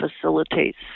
facilitates